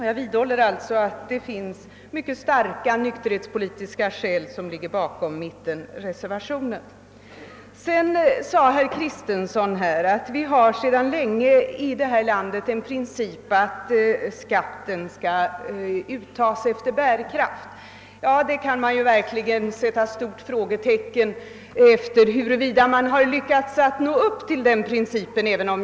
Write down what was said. Jag vidhåller alltså att det finns mycket starka nykterhetspolitiska skäl bakom mittenreservationen. Herr Kristenson sade att vi sedan länge i vårt land har som princip att skatten skall uttas efter bärkraft. Man kan verkligen sätta ett stort frågetecken när det gäller huruvida vi har lyckats nå upp till denna princip.